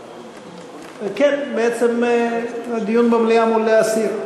כן, בעצם דיון במליאה מול להסיר.